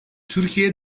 türkiye